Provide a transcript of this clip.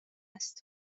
است